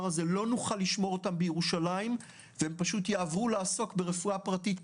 הזה לא נוכל לשמור אותם בירושלים והם פשוט יעברו לעסוק ברפואה פרטית,